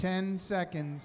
ten seconds